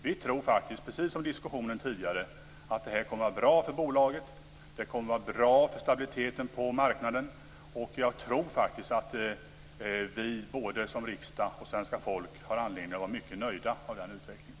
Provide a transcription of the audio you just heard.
Vi tror faktiskt, precis som diskussionen tidigare har visat, att detta kommer att vara bra för bolaget. Det kommer att vara bra för stabiliteten på marknaden. Och jag tror faktiskt att både riksdagen och svenska folket har anledning att vara mycket nöjda med den utvecklingen.